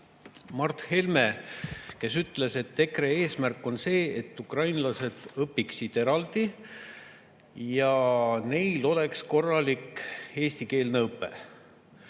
Mart Helme, kes ütles, et EKRE eesmärk on see, et ukrainlased õpiksid eraldi ja neil oleks korralik eesti keele õpe.